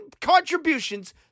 contributions